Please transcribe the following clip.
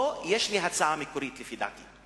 פה יש לי הצעה מקורית, לפי דעתי.